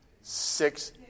Six